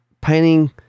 painting